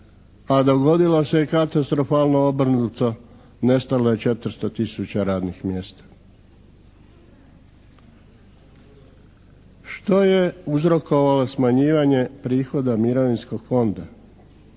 a dogodilo se katastrofalno obrnuto, nestalo je četiristo tisuća radnih mjesta. Što je uzrokovalo smanjivanje prihoda mirovinskog fonda.